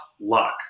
luck